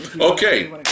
Okay